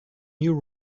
new